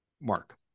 mark